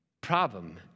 Problem